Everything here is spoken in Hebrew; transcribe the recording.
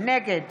נגד